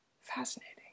Fascinating